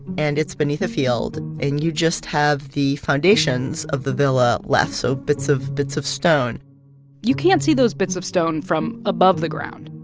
and it's beneath a field, and you just have the foundations of the villa left so bits of bits of stone you can't see those bits of stone from above the ground,